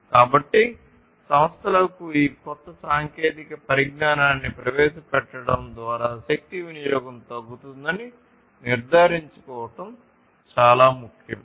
కాబట్టి సంస్థలకు ఈ కొత్త సాంకేతిక పరిజ్ఞానాన్ని ప్రవేశపెట్టడం ద్వారా శక్తి వినియోగం తగ్గుతుందని నిర్ధారించుకోవడం చాలా ముఖ్యం